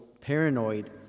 paranoid